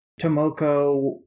tomoko